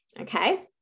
Okay